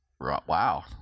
Wow